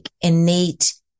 innate